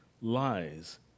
lies